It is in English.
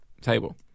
table